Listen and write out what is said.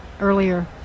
earlier